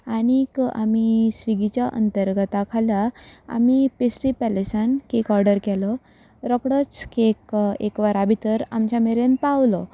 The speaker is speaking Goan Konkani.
आनीक आमी स्विगीच्या अंतर्गता खाला आमी प्रेस्ट्री पॅलसान केक ऑडर केलो रोकडोच केक एक वरा भितर आमचे मेरेन पावलो